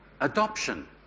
adoption